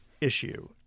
issue